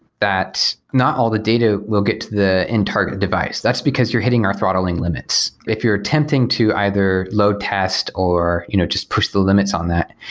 that not all the data will get to the entire device, that's because you're hitting our throttling limits. if you're attempting to either load past or you know just push the limits on that,